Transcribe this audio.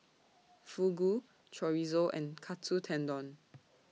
Fugu Chorizo and Katsu Tendon